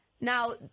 Now